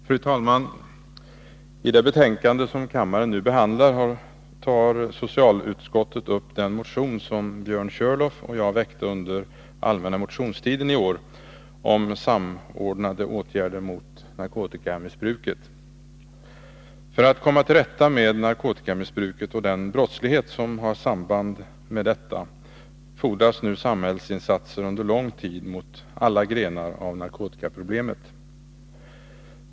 Fru talman! I det betänkande som kammaren nu behandlar tar socialutskottet upp den motion som Björn Körlof och jag väckte under allmänna motionstiden i år om samordnade åtgärder mot narkotikamissbruket. För att komma till rätta med narkotikamissbruket och den brottslighet som har samband med detta, fordras nu samhällsinsatser under lång tid mot alla grenar av narkotikaproblemet.